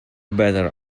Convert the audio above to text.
better